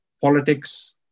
politics